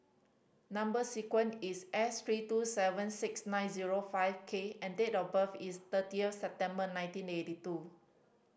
number sequence is S three two seven six nine zero five K and date of birth is thirtieth September nineteen eighty two